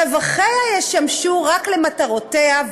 רווחיה ישמשו רק למטרותיה,